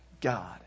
God